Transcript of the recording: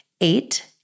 Eight